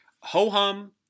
Ho-hum